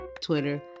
twitter